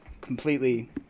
Completely